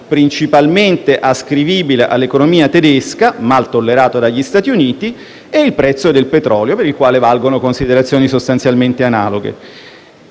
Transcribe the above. (principalmente ascrivibile all'economia tedesca), mal tollerato dagli Stati Uniti, e il prezzo del petrolio, per il quale valgono considerazioni sostanzialmente analoghe.